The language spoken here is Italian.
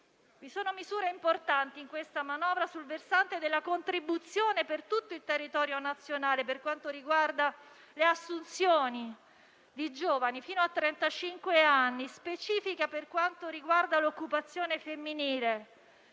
Vi sono misure importanti in questa manovra sul versante della contribuzione per tutto il territorio nazionale per quanto riguarda le assunzioni di giovani fino a trentacinque anni, specificamente per quanto riguarda l'occupazione femminile